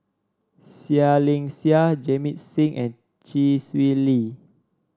Seah Liang Seah Jamit Singh and Chee Swee Lee